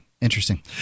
interesting